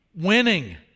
winning